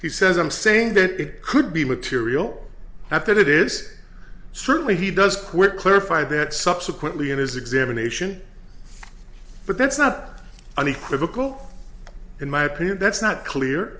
he says i'm saying that it could be material that that it is certainly he does quit clarify that subsequently in his examination but that's not unequivocal in my opinion that's not clear